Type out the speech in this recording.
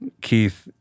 Keith